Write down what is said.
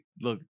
look